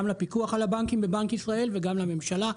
גם לפיקוח על הבנקים בבנק ישראל וגם לממשלה,